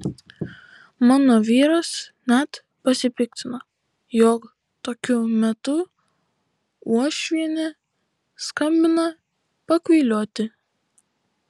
mano vyras net pasipiktino jog tokiu metu uošvienė skambina pakvailioti